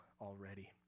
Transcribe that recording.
already